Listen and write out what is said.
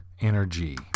energy